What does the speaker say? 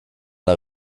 der